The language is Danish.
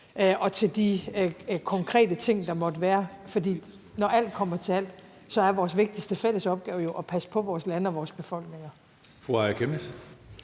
og de konkrete ting, der måtte være, for når alt kommer til alt, er vores vigtigste fælles opgave jo at passe på vores lande og vores befolkninger.